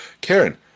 Karen